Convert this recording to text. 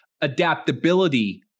adaptability